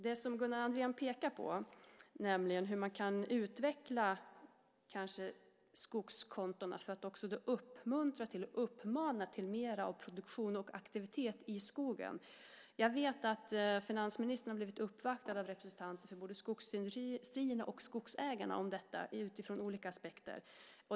Det som Gunnar Andrén pekar på är hur man kanske kan utveckla skogskontona för att också uppmuntra till och uppmana till mer produktion och aktivitet i skogen. Jag vet att finansministern har blivit uppvaktad av representanter för både skogsindustrierna och skogsägarna om detta utifrån olika aspekter.